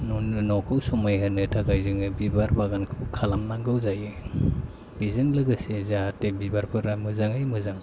न'खौ समायहोनो थाखाय जोङो बिबार बागानखौ खालामनांगौ जायो बेजों लोगोसे जाहाथे बिबारफोरा मोजाङै मोजां